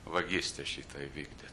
vagystė šitą įvykdė